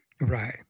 Right